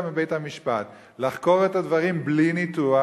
מבית-המשפט לחקור את הדברים בלי ניתוח,